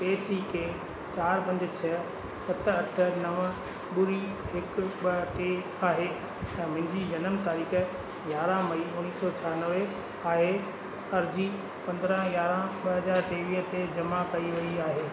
ए C K चारि पंज छह सत अठ नव ॿुड़ी हिकु ॿ टे आहे ऐं मुंहिंजी जनम तारीख़ यारहं मई उणिवीह सौ छयानवे आहे अर्जी पंद्रहं यारहं ॿ हज़ार टेवीह ते जमा कई वई आहे